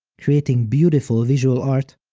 creating beautiful visual art,